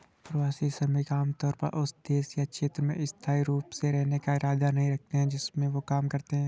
प्रवासी श्रमिक आमतौर पर उस देश या क्षेत्र में स्थायी रूप से रहने का इरादा नहीं रखते हैं जिसमें वे काम करते हैं